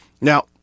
Now